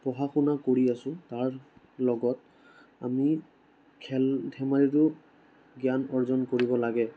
পঢ়া শুনা কৰি আছোঁ তাৰ লগত আমি খেল ধেমালিতো জ্ঞান অৰ্জন কৰিব লাগে